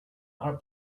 are